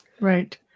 Right